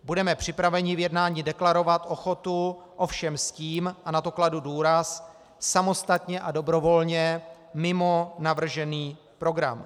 Budeme připraveni v jednání deklarovat ochotu, ovšem s tím, a na to kladu důraz, samostatně a dobrovolně mimo navržený program.